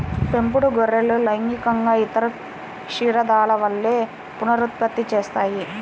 పెంపుడు గొర్రెలు లైంగికంగా ఇతర క్షీరదాల వలె పునరుత్పత్తి చేస్తాయి